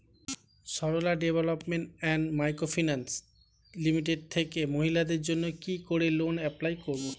Sarala development and micro finance limited থেকে মহিলাদের জন্য কি করে লোন এপ্লাই করব?